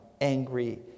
angry